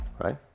right